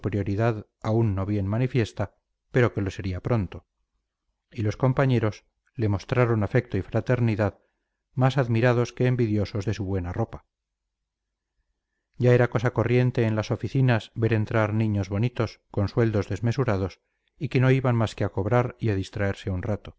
aún no bien manifiesta pero que lo sería pronto y los compañeros le mostraron afecto y fraternidad más admirados que envidiosos de su buena ropa ya era cosa corriente en las oficinas ver entrar niños bonitos con sueldos desmesurados y que no iban más que a cobrar y a distraerse un rato